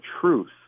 truth